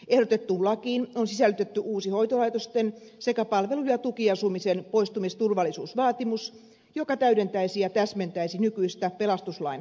ehdotettuun lakiin on sisällytetty uusi hoitolaitosten sekä palvelu ja tukiasumisen poistumisturvallisuusvaatimus joka täydentäisi ja täsmentäisi nykyistä pelastuslain sääntelyä